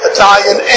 Italian